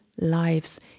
lives